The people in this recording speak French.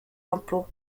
impôts